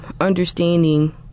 understanding